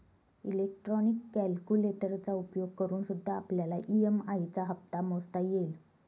electronic कैलकुलेटरचा उपयोग करूनसुद्धा आपल्याला ई.एम.आई चा हप्ता मोजता येईल